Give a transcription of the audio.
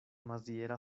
maziera